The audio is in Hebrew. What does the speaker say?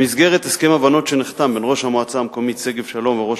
במסגרת הסכם הבנות שנחתם בין ראש המועצה המקומית שגב-שלום לראש